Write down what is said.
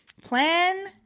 plan